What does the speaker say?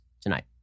tonight